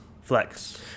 Flex